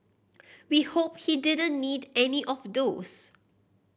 we hope he didn't need any of those